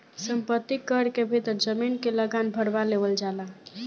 संपत्ति कर के भीतर जमीन के लागान भारवा लेवल जाला